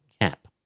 cap